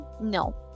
No